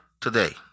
today